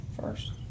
first